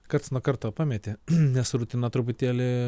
karts nuo karto pameti nes rutiną truputėlį